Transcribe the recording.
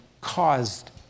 caused